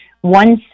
One